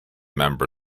member